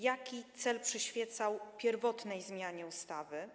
Jaki cel przyświecał pierwotnej zmianie ustawy?